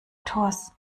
tors